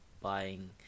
buying